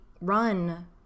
run